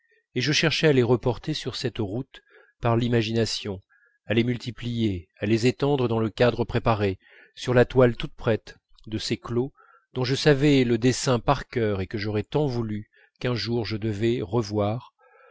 et je cherchais à les reporter sur cette route par l'imagination à les multiplier à les étendre dans le cadre préparé sur la toile toute prête de ces clos dont je savais le dessin par cœur et que j'aurais tant voulu qu'un jour je devais revoir